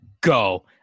go